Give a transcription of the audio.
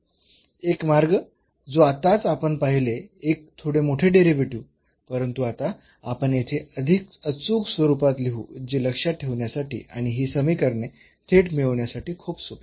एक मार्ग जो आताच आपण पाहिले एक थोडे मोठे डेरिव्हेटिव्ह परंतु आता आपण येथे अधिक अचूक स्वरूपात लिहू जे लक्षात ठेवण्यासाठी आणि ही समीकरणे थेट मिळविण्यासाठी खूप सोपे आहे